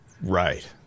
Right